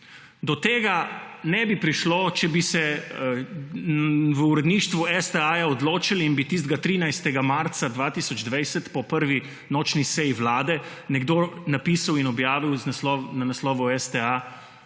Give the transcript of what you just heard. do tega ne bi prišlo, če bi se v uredništvu STA odločili in bi tistega 13. marca 2020, po prvi nočni seji Vlade nekdo napisal in objavil na naslovu STA,